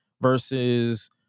versus